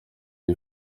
iyo